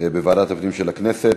בוועדת הפנים של הכנסת.